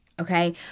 okay